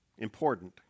important